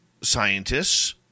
scientists